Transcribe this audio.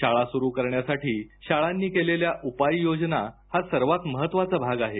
शाळा सुरू करण्यासाठी शाळांनी केलेल्या उपाययोजना हा सर्वात महत्वाचा भाग आहे